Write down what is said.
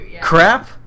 Crap